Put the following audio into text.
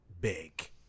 big